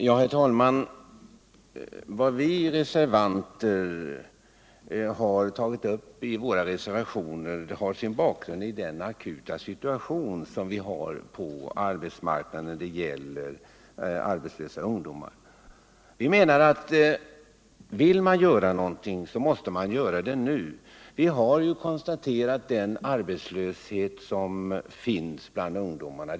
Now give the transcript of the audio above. Herr talman! Vad vi reservanter har tagit upp i våra reservationer har sin grund i den akuta situationen på arbetsmarknaden för arbetslösa ungdomar. Vi menar att vill man göra någonting, måste man göra det nu. Vi har konstaterat den stora arbetslöshet som råder bland ungdomarna.